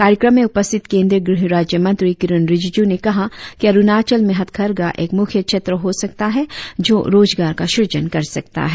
कार्यक्रम में उपस्थित केंद्रीय गृह राज्यमंत्री किरेन रिजिजू ने कहा की अरुणाचल में हथकरघा एक मुख्य क्षेत्र हो सकता है जो रोजगार का सृजन कर सकता है